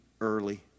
early